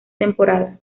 temporada